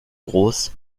groß